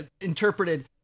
interpreted